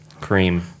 cream